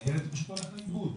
אז הילד פשוט הולך לאיבוד.